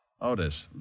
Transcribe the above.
Otis